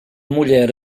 mulher